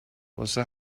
واسه